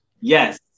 Yes